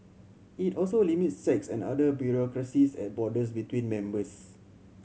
it also limits checks and other bureaucracies at borders between members